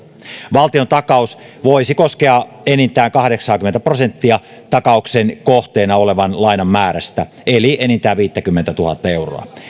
valtiontakaus voisi koskea enintään kahdeksaakymmentä prosenttia takauksen kohteena olevan lainan määrästä eli enintään viittäkymmentätuhatta euroa